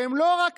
והם לא רק